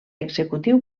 executiu